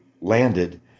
landed